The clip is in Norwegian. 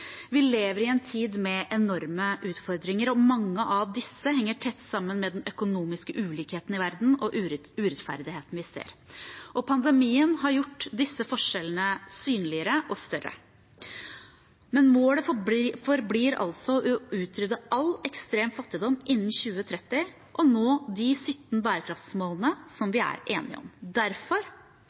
Vi lever i en tid med enorme utfordringer, og mange av disse henger tett sammen med den økonomiske ulikheten i verden og urettferdigheten vi ser. Pandemien har gjort disse forskjellene synligere og større, men målet forblir altså å utrydde all ekstrem fattigdom innen 2030 og nå de 17 bærekraftsmålene som vi er enige om. Derfor